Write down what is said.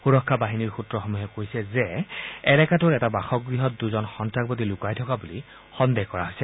সুৰক্ষা বাহিনীৰ সূত্ৰসমূহে কৈছে যে এলেকাটোৰ এটা বাসগৃহত দুজন সন্ত্ৰাসবাদী লুকাই থকা বুলি সন্দেহ কৰা হৈছে